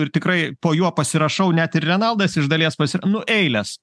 ir tikrai po juo pasirašau net ir renaldas iš dalies pasi nu eilės